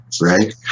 right